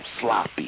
sloppy